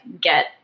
get